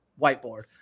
whiteboard